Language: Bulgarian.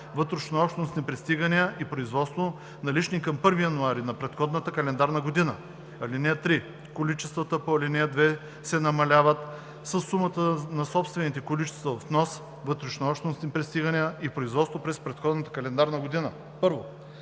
вътрешнообщностни пристигания и производство, налични към 1 януари на предходната календарна година. (3) Количествата по ал. 2 се намаляват със сумата на собствените количества от внос, вътрешнообщностни пристигания и производство през предходната календарна година: 1.